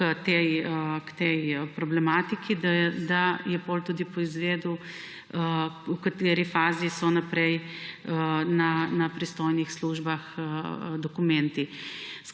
k tej problematiki, da je potem tudi poizvedel, v kateri fazi naprej na pristojnih službah so dokumenti.